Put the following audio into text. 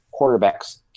quarterbacks